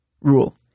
rule